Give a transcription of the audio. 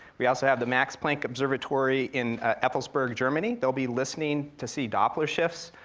we also have the max planck observatory in effelsberg, germany. they'll be listening to see doppler shifts,